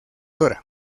dra